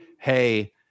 hey